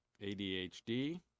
ADHD